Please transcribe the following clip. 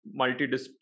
multidisciplinary